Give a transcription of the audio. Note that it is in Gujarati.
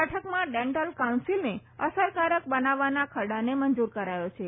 બેઠકમાં ડેન્ટલ કાઉન્સિલને અસરકારક બનાવવાના ખરડાને મંજૂર કરાયો છે